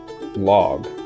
log